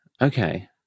okay